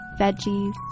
veggies